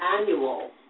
annual